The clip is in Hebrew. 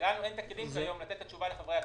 לנו אין היום כלים לתת תשובה לחברי הכנסת.